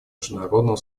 международного